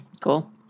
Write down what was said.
Cool